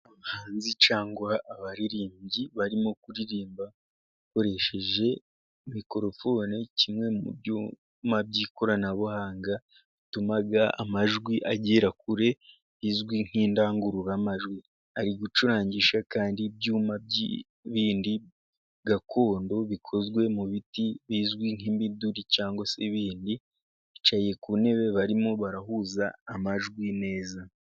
Abahanzi cyangwa abaririmbyi, barimo kuririmba bakoresheje mikorofone, kimwe mu byuma by'ikoranabuhanga bituma amajwi agera kure, rizwi nk'indangururamajwi ,ari gucurangisha kandi ibyuma bindi gakondo bikozwe mu biti, bizwi nk'imiduri cyangwa se ibindi ,bicaye ku ntebe, barimo barahuza amajwi neza.